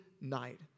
night